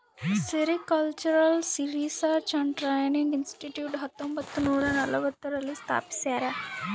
sericultural research and training institute ಹತ್ತೊಂಬತ್ತುನೂರ ನಲವತ್ಮೂರು ರಲ್ಲಿ ಸ್ಥಾಪಿಸ್ಯಾರ